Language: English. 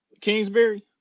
Kingsbury